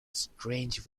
strange